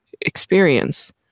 experience